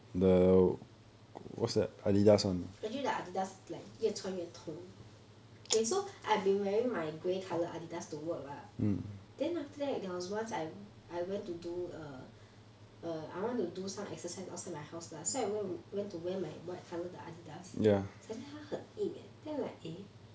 actually the adidas like 越穿越痛 okay so actually I have been wearing my grey adidas to work lah then after that there was once I I went to do a a I want to do some exercise outside my house lah so I went to wear my white colour adidas then 他很硬 leh then I was like eh